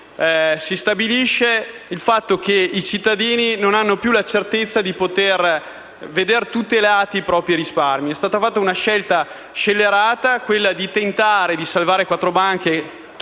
si stabilisce il fatto che i cittadini non hanno più la certezza di poter vedere tutelati i propri risparmi. È stata fatta una scelta scellerata, quella di tentare di salvare quattro banche